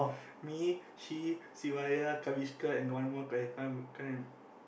me she Sivaya Kaviska and got one more guy can't remember can't remem~